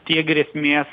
tie grėsmės